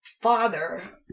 father